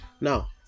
now